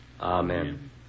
Amen